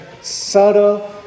subtle